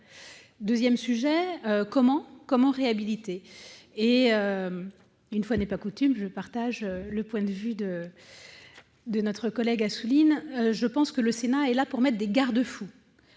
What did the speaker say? Ensuite, comment réhabiliter ? Une fois n'est pas coutume, je partage le point de vue de notre collègue Assouline à cet égard. Le Sénat est là pour mettre des garde-fous.